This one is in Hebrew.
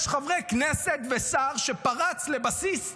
יש חברי כנסת ושר שפרצו לבסיס צה"ל.